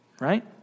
right